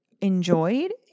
enjoyed